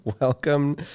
welcome